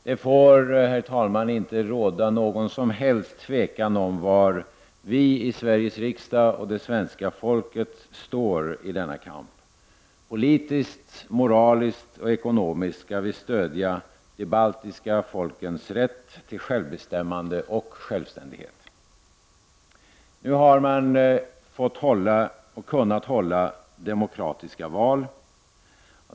Det får, herr talman, inte råda något som helst tvivel om var vi i Sveriges riksdag och det svenska folket står i denna kamp. Politiskt, moraliskt och ekonomiskt skall vi stödja de baltiska folkens rätt till självbestämmande och självständighet. Nu har man kunnat hålla demokratiska val.